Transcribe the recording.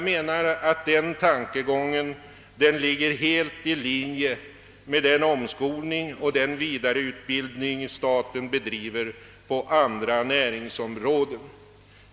Denna tankegång ligger helt i linje med den omskolning och den vidareutbildning staten bedriver på andra näringsområden.